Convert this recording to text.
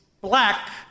black